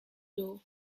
door